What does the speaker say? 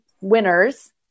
winners